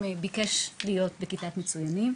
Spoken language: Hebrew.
הוא ביקש להיות בכיתת מצוינים.